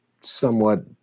somewhat